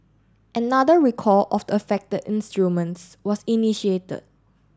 another recall of the affected instruments was initiated